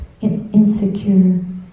insecure